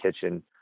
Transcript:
kitchen